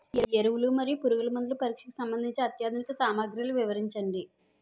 ఎరువులు మరియు పురుగుమందుల పరీక్షకు సంబంధించి అత్యాధునిక సామగ్రిలు వివరించండి?